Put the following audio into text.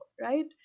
right